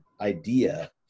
idea